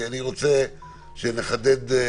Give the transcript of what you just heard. אני רוצה שנחדד,